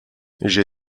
j’ai